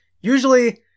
usually